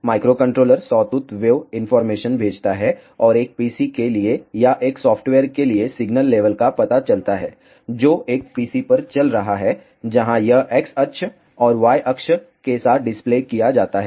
microcontroller sawtooth wave information भेजता है और एक PC के लिए या एक सॉफ्टवेयर के लिए सिग्नल लेवल का पता चलता है जो एक PC पर चल रहा है जहां यह X अक्ष और Y अक्ष के साथ डिस्प्ले किया जाता है